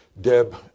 Deb